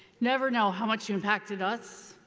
never know how much you impacted us,